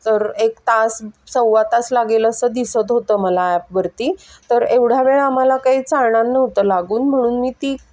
तर एक तास सव्वा तास लागेल असं दिसत होतं मला ॲपवरती तर एवढ्या वेळा आम्हाला काही चालणार नव्हतं लागून म्हणून मी ती